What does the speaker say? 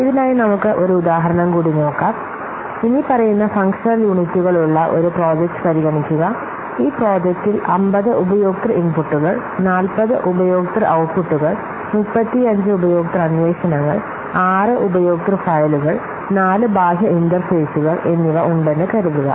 ഇതിനായി നമുക്ക് ഒരു ഉദാഹരണം കൂടി നോക്കാം ഇനിപ്പറയുന്ന ഫംഗ്ഷണൽ യൂണിറ്റുകളുള്ള ഒരു പ്രോജക്റ്റ് പരിഗണിക്കുക ഈ പ്രോജക്റ്റിൽ 50 ഉപയോക്തൃ ഇൻപുട്ടുകൾ 40 ഉപയോക്തൃ ഔട്ട്പുട്ടുകൾ 35 ഉപയോക്തൃ അന്വേഷണങ്ങൾ 6 ഉപയോക്തൃ ഫയലുകൾ 4 ബാഹ്യ ഇന്റർഫേസുകൾ എന്നിവ ഉണ്ടെന്ന് കരുതുക